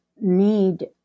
need